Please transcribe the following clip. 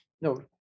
No